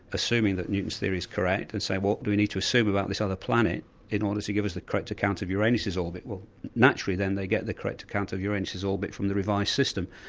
assuming that newton's theory is correct, and say what do we need to assume about this other planet in order to give us the correct account of uranus' orbit. well naturally then, they get the correct account of uranus's orbit from the revised system.